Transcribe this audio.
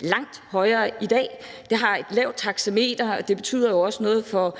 langt højere i dag. De har et lavt taxameterniveau, og det betyder jo også noget for